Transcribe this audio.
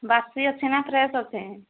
ବାସି ଅଛି ନା ଫ୍ରେଶ ଅଛି